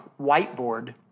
whiteboard